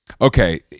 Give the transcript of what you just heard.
Okay